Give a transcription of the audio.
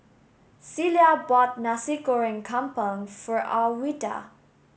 Celia bought Nasi Goreng Kampung for Alwilda